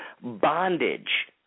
bondage